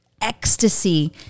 ecstasy